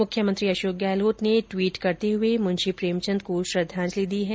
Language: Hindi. मुख्यमंत्री अशोक गहलोत ने टिवट करते हए मुंशी प्रेमचन्द को श्रद्दाजंलि दी है